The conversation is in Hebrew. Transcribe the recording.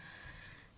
בטראומה.